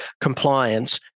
compliance